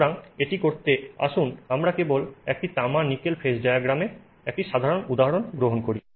সুতরাং এটি করতে আসুন আমরা কেবল একটি তামা নিকেল ফেজ ডায়াগ্রামের একটি সাধারণ উদাহরণ গ্রহণ করি